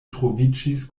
troviĝis